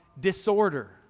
disorder